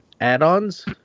add-ons